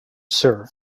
sir